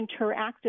interactive